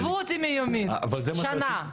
אנחנו רוצים שישלמו מסים, נכון?